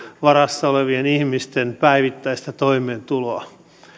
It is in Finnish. varassa olevien ihmisten päivittäistä toimeentuloa